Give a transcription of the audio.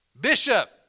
Bishop